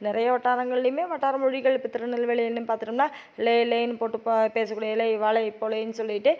நிறைய வட்டாரங்கள்லையுமே வட்டார மொழிகள் இப்போ திருநெல்வேலின்னு பார்த்துட்டோம்னா லே லேன்னு போட்டு ப பேசக்குள்ளே எலே வாலே போலேன்னு சொல்லிகிட்டு